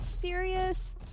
serious